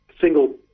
single